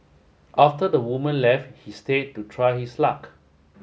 after the woman left he stay to try his luck